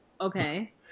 Okay